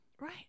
Right